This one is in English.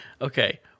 Okay